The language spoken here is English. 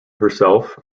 herself